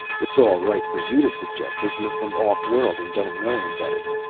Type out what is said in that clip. it's all right for you to suggest it, you're from off-world and don't know any better.